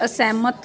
ਅਸਹਿਮਤ